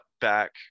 back